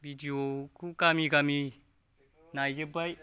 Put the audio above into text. भिदिअ खौ गामि गामि नायजोबबाय